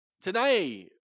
today